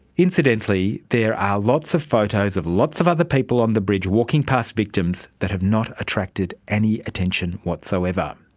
incidentally, there are lots of photos of lots of other people on the bridge walking past victims that have not attracted any attention whatsoever.